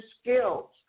skills